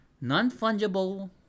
Non-fungible